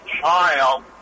child